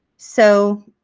so